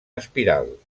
espiral